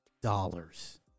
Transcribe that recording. dollars